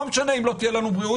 לא משנה אם לא תהיה לנו בריאות,